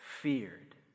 feared